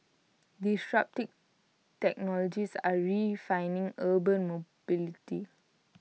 disruptive technologies are redefining urban mobility